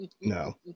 no